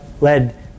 led